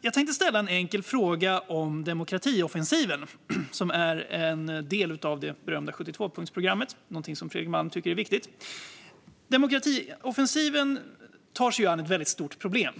Jag vill ställa en enkel fråga om demokratioffensiven, som är en del av det berömda 73-punktsprogrammet. Det tycker ju Fredrik Malm är viktigt. Demokratioffensiven tar sig an ett väldigt stort problem.